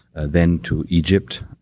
then to egypt,